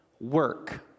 work